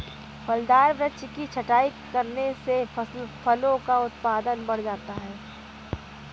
फलदार वृक्ष की छटाई करने से फलों का उत्पादन बढ़ जाता है